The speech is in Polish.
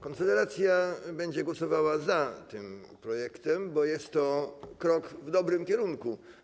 Konfederacja będzie głosowała za tym projektem, bo jest to krok w dobrym kierunku.